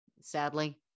sadly